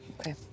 Okay